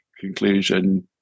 conclusion